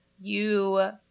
you-